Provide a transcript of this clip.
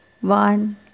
one